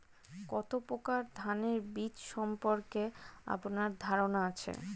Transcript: কত প্রকার ধানের বীজ সম্পর্কে আপনার ধারণা আছে?